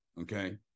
Okay